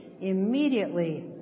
immediately